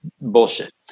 bullshit